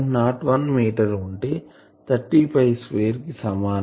01 metre ఉంటే 30 square కు సమానం